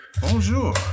Bonjour